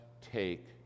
take